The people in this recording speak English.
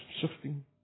shifting